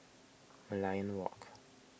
Merlion Walk